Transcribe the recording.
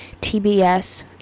TBS